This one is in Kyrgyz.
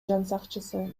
жансакчысы